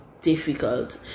difficult